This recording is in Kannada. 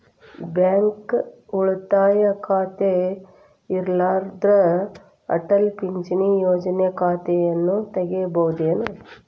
ಬ್ಯಾಂಕ ಉಳಿತಾಯ ಖಾತೆ ಇರ್ಲಾರ್ದ ಅಟಲ್ ಪಿಂಚಣಿ ಯೋಜನೆ ಖಾತೆಯನ್ನು ತೆಗಿಬಹುದೇನು?